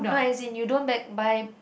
no as in you don't back buy